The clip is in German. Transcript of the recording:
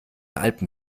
alpen